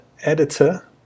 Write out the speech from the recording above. editor